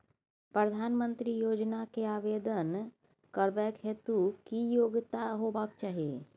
प्रधानमंत्री रोजगार के आवेदन करबैक हेतु की योग्यता होबाक चाही?